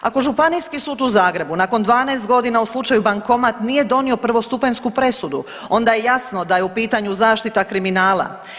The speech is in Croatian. Ako Županijski sud u Zagrebu nakon 12 godina u slučaju bankomat nije donio prvostupanjsku presudu onda je jasno da je u pitanju zaštita kriminala.